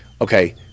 Okay